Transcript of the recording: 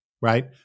Right